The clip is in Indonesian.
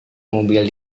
mobil